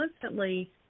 constantly